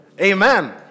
Amen